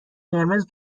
قرمز